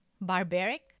Barbaric